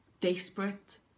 desperate